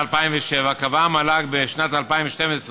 קבעה המל"ג בשנת 2012,